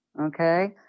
okay